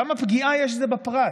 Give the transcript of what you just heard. כמה פגיעה יש לזה בפרט.